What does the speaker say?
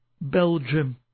Belgium